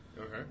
Okay